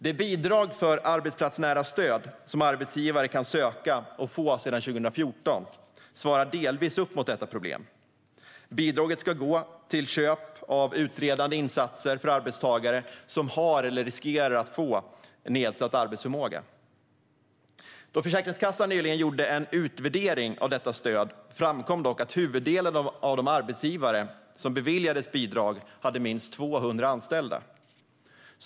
Det bidrag för arbetsplatsnära stöd som arbetsgivare kan söka och få sedan 2014 svarar delvis upp mot detta problem. Bidraget ska gå till köp av utredande insatser för arbetstagare som har eller riskerar att få nedsatt arbetsförmåga. Då Försäkringskassan nyligen gjorde en utvärdering av detta stöd framkom dock att huvuddelen av de arbetsgivare som beviljades bidrag hade minst 200 anställda.